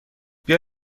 بیا